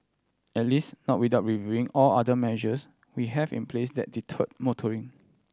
at least not without reviewing all the other measures we have in place that deter motoring